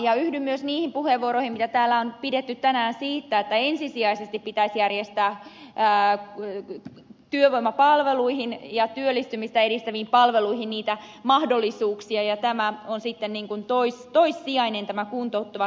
yhdyn myös niihin puheenvuoroihin mitä täällä on pidetty tänään siitä että ensisijaisesti pitäisi järjestää työvoimapalveluihin ja työllistymistä edistäviin palveluihin niitä mahdollisuuksia ja tämä on sitten niin kuin toissijainen tämä kuntouttava työtoiminta